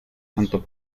tanto